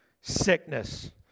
sickness